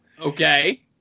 Okay